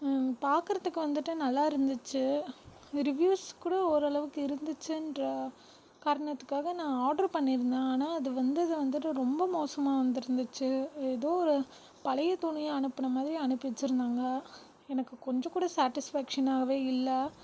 பார்க்குறதுக்கு வந்துட்டு நல்லாருந்துச்சு இந்த ரிவ்யூஸ் கூட ஓரளவுக்கு இருந்துச்சுன்ற காரணத்துக்காக நான் ஆர்ட்ரு பண்ணியிருந்தேன் ஆனால் அது வந்தது வந்துட்டு ரொம்ப மோசமாக வந்துட்ருந்துச்சு எதோ ஒரு பழைய துணி அனுப்பின மாதிரி அனுப்பி வச்சுருந்தாங்க எனக்கு கொஞ்சம் கூட சாட்டிஸ்ஃபாக்ஷனாகவே இல்லை